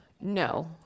No